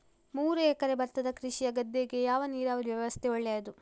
ಮೂರು ಎಕರೆ ಭತ್ತದ ಕೃಷಿಯ ಗದ್ದೆಗೆ ಯಾವ ನೀರಾವರಿ ವ್ಯವಸ್ಥೆ ಒಳ್ಳೆಯದು?